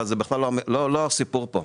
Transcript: אבל זה בכלל לא הסיפור פה.